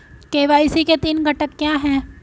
KYC के तीन घटक क्या हैं?